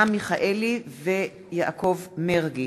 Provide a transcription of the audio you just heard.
חברי הכנסת אברהם מיכאלי ויעקב מרגי,